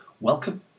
welcome